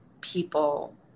people